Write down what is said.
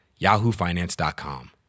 yahoofinance.com